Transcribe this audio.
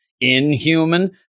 inhuman